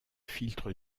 filtre